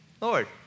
Lord